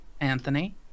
Anthony